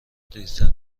دیرتر